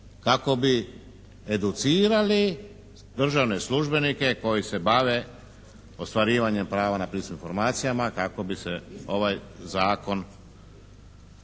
kako bi educirali državne službenike koji se bave ostvarivanjem prava na pristup informacijama kako bi se ovaj zakon